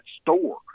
store